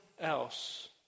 else